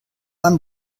man